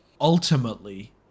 Ultimately